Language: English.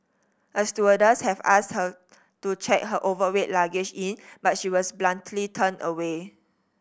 a stewardess had asked her to check her overweight luggage in but she was bluntly turned away